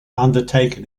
undertaken